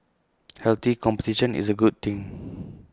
healthy competition is A good thing